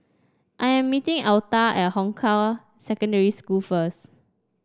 I am meeting Alta at Hong Kah Secondary School first